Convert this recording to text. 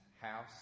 house